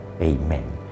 Amen